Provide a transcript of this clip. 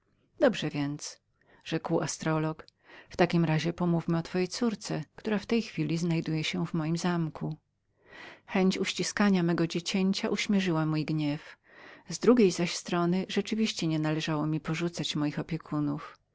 dobrze więc rzekł astrolog w takim razie pomówimy o twojej córce która w tej chwili znajduje się w moim zamku chęć uściskania mego dziecięcia uśmierzyła mój gniew z drugiej zaś strony rzeczywiście nie należało mi porzucać moich opiekunów